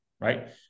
right